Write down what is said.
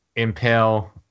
Impale